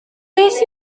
beth